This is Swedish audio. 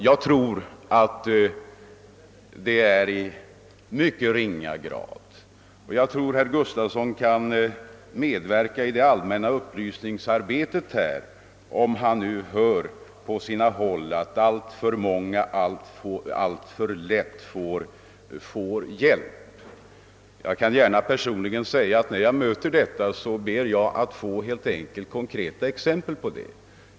Jag tror att det är i mycket ringa grad sådant sker, och jag tror, att herr Gustavsson i Alvesta kan medverka i det allmänna upplysningsarbetet, om han hör på sina håll att alltför många alltför lätt får hjälp. Jag kan gärna personligen säga, att när jag möter sådana påståenden, ber jag helt enkelt att få konkreta exempel på det.